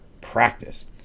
practice